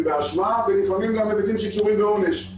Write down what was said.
באשמה ולפעמים גם היבטים שקשורים בעונש.